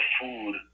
food